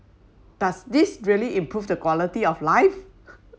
does this really improve the quality of life